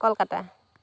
Kolkata